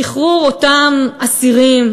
שחרור אותם אסירים,